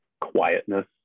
quietness